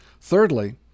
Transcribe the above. Thirdly